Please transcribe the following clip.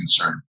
concern